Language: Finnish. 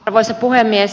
arvoisa puhemies